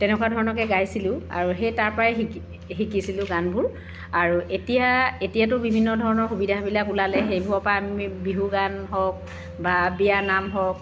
তেনকুৱা ধৰণৰকৈ গাইছিলোঁ আৰু সেই তাৰ পৰাই শিকি শিকিছিলোঁ গানবোৰ আৰু এতিয়া এতিয়াতো বিভিন্ন ধৰণৰ সুবিধাবিলাক ওলালে সেইবোৰৰ পৰা আমি বিহু গান হওক বা বিয়ানাম হওক